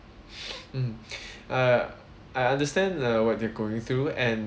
mm uh I understand uh what you're going through and